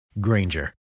Granger